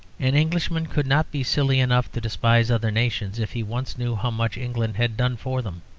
an englishman could not be silly enough to despise other nations if he once knew how much england had done for them.